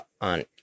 on